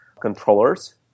controllers